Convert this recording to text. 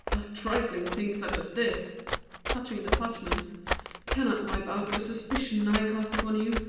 a trifling thing such as this touching the parchment cannot wipe out the suspicion i cast upon you,